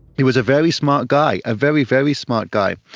he was a very smart guy, a very, very smart guy.